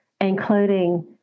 including